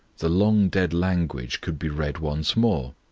the long-dead language could be read once more.